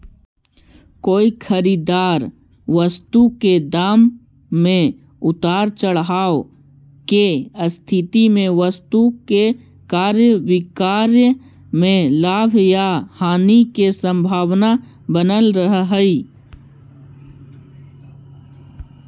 कोई खरीदल वस्तु के दाम में उतार चढ़ाव के स्थिति में वस्तु के क्रय विक्रय में लाभ या हानि के संभावना बनल रहऽ हई